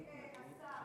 אדוני השר,